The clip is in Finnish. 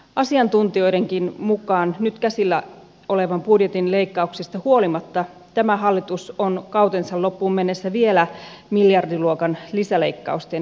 asiantuntijoidenkin mukaan nyt käsillä olevan budjetin leikkauksista huolimatta tämä hallitus on kautensa loppuun mennessä vielä miljardiluokan lisäleikkausten edessä